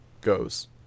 goes